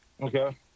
Okay